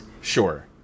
Sure